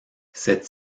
cette